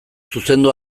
zuzendu